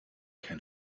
kein